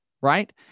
right